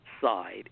side